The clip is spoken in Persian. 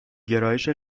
گرایش